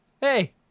hey